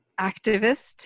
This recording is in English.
activist